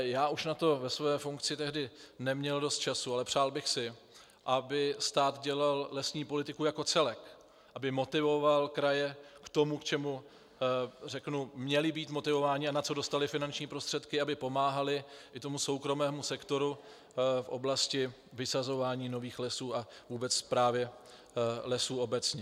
Já už jsem na to ve své funkci tehdy neměl dost času, ale přál bych si, aby stát dělal lesní politiku jako celek, aby motivoval kraje k tomu, k čemu měly být motivovány a na co dostaly finanční prostředky, aby pomáhaly i soukromému sektoru v oblasti vysazování nových lesů a vůbec správě lesů obecně.